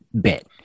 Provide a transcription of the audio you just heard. bit